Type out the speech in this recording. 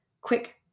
Quick